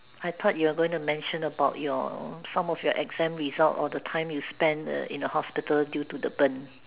I thought you are going to mention about your some of your exam result or the time you spent in the hospital due to the burns